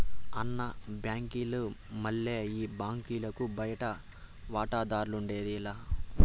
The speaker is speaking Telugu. అన్న, బాంకీల మల్లె ఈ బాలలకు బయటి వాటాదార్లఉండేది లా